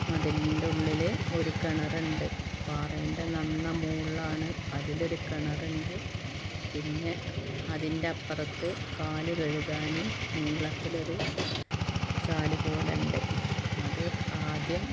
മതിലിൻ്റെ ഉള്ളിൽ ഒരു കിണറുണ്ട് പാറേൻറ്റ നന്ന മോളിലാണ് അതിലൊരു കിണറുണ്ട് പിന്നെ അതിൻ്റെ അപ്പുറത്ത് കാൽ കഴുകാൻ നീളത്തിലൊരു ചാല് പോലെയുണ്ട് അത് ആദ്യം